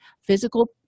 physical